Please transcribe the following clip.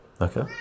okay